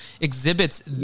exhibits